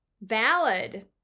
Valid